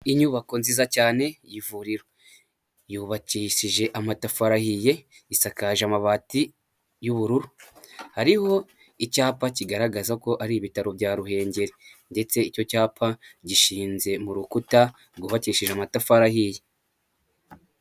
Inyubako nziza cyane y'ivuriro, yubakishije amatafari ahiye, isakaje amabati y'ubururu, hariho icyapa kigaragaza ko ari ibitaro bya Ruhengeri ndetse icyo cyapa gishinze mu rukuta rwubakishije amatafari ahiye.